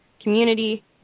community